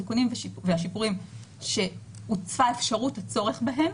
התיקונים והשיפורים שהוצפה האפשרות הצורך בהם,